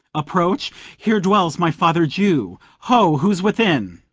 approach here dwells my father jew. ho! who's within?